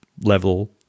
level